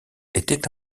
était